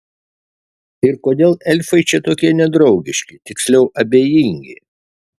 ir kodėl elfai čia tokie nedraugiški tiksliau abejingi